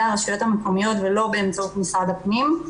הרשויות המקומיות ולא באמצעות משרד הפנים.